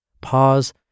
pause